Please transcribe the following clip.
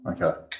Okay